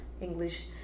English